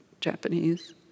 Japanese